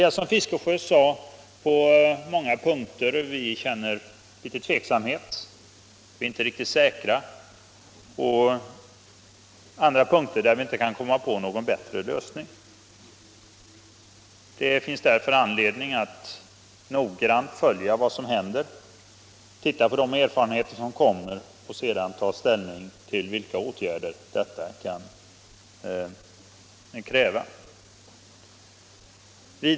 Som herr Fiskesjö sade känner vi oss på många — JO-ämbetets punkter en smula tveksamma, men vi har i utskottet inte kunnat komma = uppgifter och på någon bättre lösning. Det finns därför anledning att noga följa vad = organisation som händer, titta på de erfarenheter som kommer och sedan ta ställning till vilka åtgärder detta kan kräva.